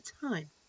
time